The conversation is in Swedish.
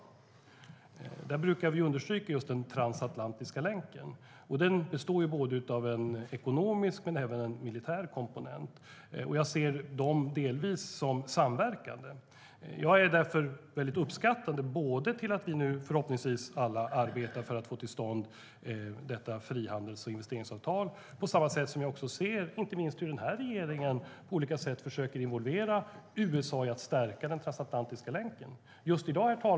Vi brukar understryka den transatlantiska länken. Den består av en ekonomisk komponent men även en militär komponent. Jag ser dem som delvis samverkande. Jag uppskattar därför att vi alla förhoppningsvis nu arbetar för att få till stånd detta frihandels och investeringsavtal. Och jag ser hur inte minst den här regeringen försöker involvera USA i att stärka den transatlantiska länken på olika sätt.